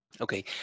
Okay